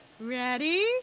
Ready